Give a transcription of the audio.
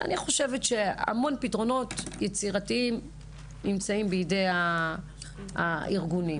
שאני חושבת שהמון פתרונות יצירתיים נמצאים בידי הארגונים,